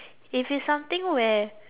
if it's something where